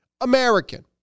American